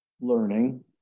learning